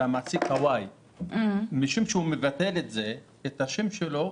המעסיק Y. משום שהוא מבטל את השם שלו,